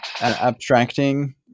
abstracting